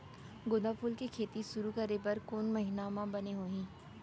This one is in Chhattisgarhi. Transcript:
गेंदा फूल के खेती शुरू करे बर कौन महीना मा बने होही?